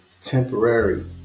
temporary